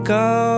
go